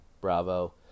Bravo